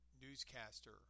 newscaster